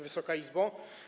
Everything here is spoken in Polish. Wysoka Izbo!